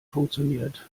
funktioniert